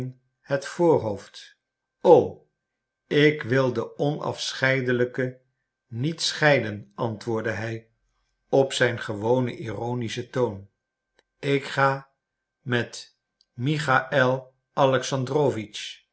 het voorhoofd o ik wil de onafscheidelijken niet scheiden antwoordde hij op zijn gewonen ironischen toon ik ga met michaël